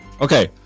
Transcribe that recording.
okay